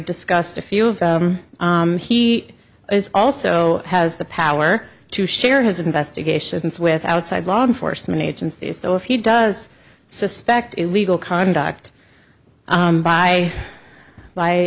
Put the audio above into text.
discussed a few of he is also has the power to share his investigations with outside law enforcement agencies so if he does suspect illegal conduct by by